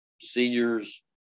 seniors